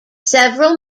several